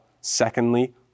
Secondly